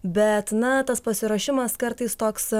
bet na tas pasiruošimas kartais toks